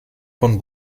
von